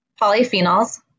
polyphenols